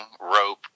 rope